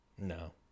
No